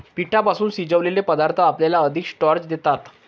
पिठापासून शिजवलेले पदार्थ आपल्याला अधिक स्टार्च देतात